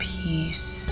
peace